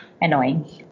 annoying